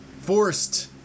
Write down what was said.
forced